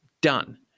done